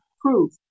proof